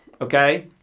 Okay